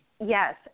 Yes